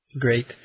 Great